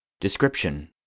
Description